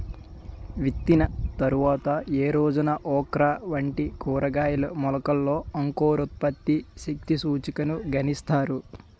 విత్తిన తర్వాత ఏ రోజున ఓక్రా వంటి కూరగాయల మొలకలలో అంకురోత్పత్తి శక్తి సూచికను గణిస్తారు?